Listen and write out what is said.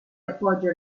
appoggia